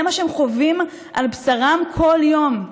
זה מה שהם חווים על בשרם כל יום,